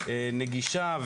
נגישה,